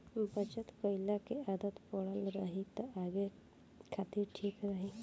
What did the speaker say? बचत कईला के आदत पड़ल रही त आगे खातिर ठीक रही